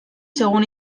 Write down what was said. según